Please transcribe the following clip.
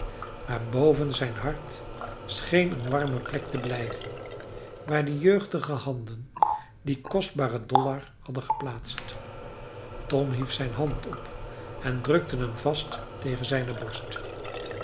maar boven zijn hart scheen een warme plek te blijven waar die jeugdige handen dien kostbaren dollar hadden geplaatst tom hief zijne hand op en drukte hem vast tegen zijne borst